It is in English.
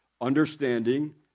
understanding